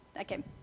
Okay